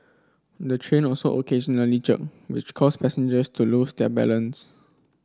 the train also occasionally jerked which caused passengers to lose their balance